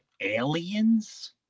aliens